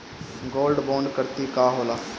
Gold bond करतिं का होला?